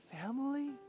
family